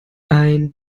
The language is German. einen